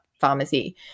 pharmacy